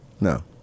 No